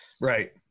Right